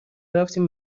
رفتیم